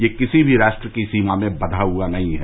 यह किसी भी राष्ट्र की सीमा में बंधा हुआ नहीं है